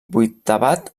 vuitavat